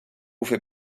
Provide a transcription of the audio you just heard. fait